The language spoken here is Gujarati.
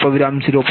1 અને 0